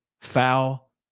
foul